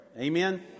Amen